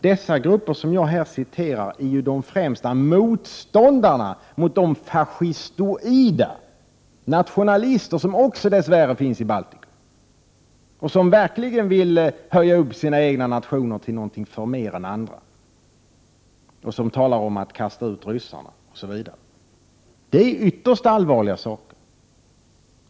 De grupper jag citerar är de främsta motståndarna mot de fascistoida nationalister, som också dess värre finns i Baltikum, och som verkligen vill höja upp sina egna nationer till något förmer än andra. De talar om att kasta ut ryssarna. Det är ytterst allvarliga saker.